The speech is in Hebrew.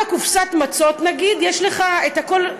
על קופסת המצות, נגיד, יש לך הכול בטורקית,